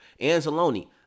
Anzalone